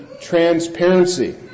transparency